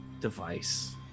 device